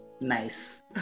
Nice